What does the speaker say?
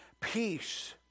Peace